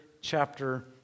chapter